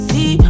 See